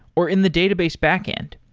or in the database backend.